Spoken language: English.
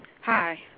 Hi